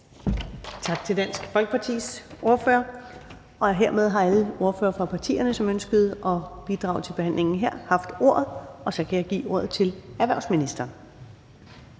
Tak til Dansk Folkepartis ordfører. Hermed har alle ordførere fra partierne, som ønskede at bidrage til behandlingen her, haft ordet. Og så kan jeg give ordet til erhvervsministeren.